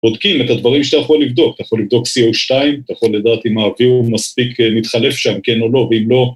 בודקים את הדברים שאתה יכול לבדוק, אתה יכול לבדוק CO2, אתה יכול לדעת אם האוויר הוא מספיק מתחלף שם, כן או לא, ואם לא...